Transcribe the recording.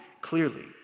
clearly